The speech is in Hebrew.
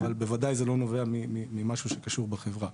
אבל בוודאי זה לא נובע ממשהו שקשור בחברה.